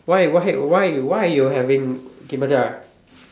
why why why why why you having okay Macha